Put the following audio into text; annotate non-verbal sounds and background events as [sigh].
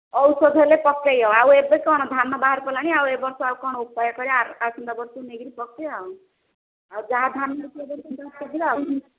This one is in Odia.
ଔଷଧ ହେଲେ ପକେଇବ ଆଉ ଏବେ କ'ଣ ଧାନ ବାହାର କଲାଣି ଆଉ ଏ ବର୍ଷ ଆଉ କ'ଣ ଉପାୟ କରିବା ଆସନ୍ତା ବର୍ଷକୁ ନେଇକରି ପକେଇବା ଆଉ ଆଉ ଯାହା ଧାନ [unintelligible]